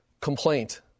complaint